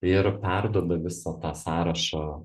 ir perduoda visą tą sąrašą